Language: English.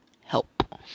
help